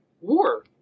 war